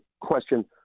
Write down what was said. question